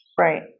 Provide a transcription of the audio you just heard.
Right